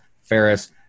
Ferris